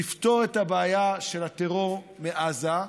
יפתור את הבעיה של הטרור מעזה,